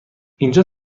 اینجا